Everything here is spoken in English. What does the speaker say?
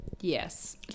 Yes